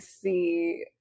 see